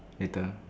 later